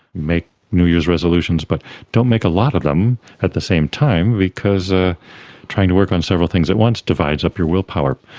make new year's resolutions, but don't make a lot of them at the same time because ah trying to work on several things at once divides up your willpower.